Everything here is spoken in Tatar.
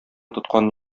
тоткан